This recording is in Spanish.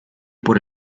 por